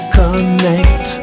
connect